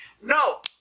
No